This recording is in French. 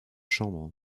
chambres